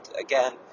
again